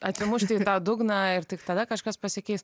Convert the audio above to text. atsimušti į dugną ir tik tada kažkas pasikeis